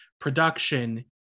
production